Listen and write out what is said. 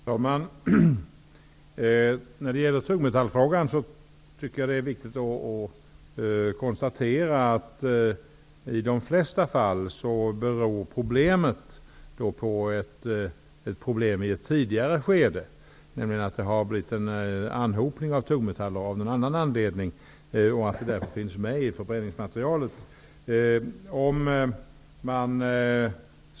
Herr talman! I fråga om tungmetallerna tycker jag att det är viktigt att konstatera att problemet i de flesta fall beror på ett problem i ett tidigare skede. Det har nämligen av någon anledning blivit en anhopning av tungmetaller, och därför finns de med i förbränningsmaterialet.